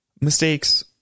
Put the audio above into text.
Mistakes